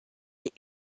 est